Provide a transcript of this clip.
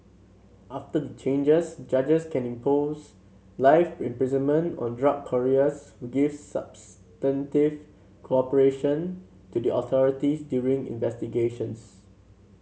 after the changes judges can impose life imprisonment on drug couriers who give substantive cooperation to the authorities during investigations